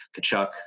Kachuk